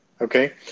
Okay